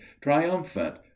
triumphant